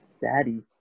Daddy